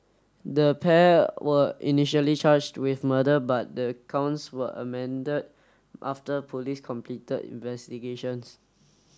the pair were initially charged with murder but the counts were amended after police completed investigations